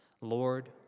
Lord